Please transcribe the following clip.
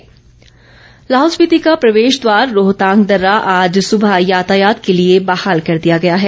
रोहतांग लाहौल स्पीति का प्रवेशद्वार रोहतांग दर्रा आज सुबह यातायात के लिए बहाल कर दिया गया है